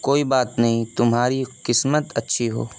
کوئی بات نہیں تمہاری قسمت اچھی ہو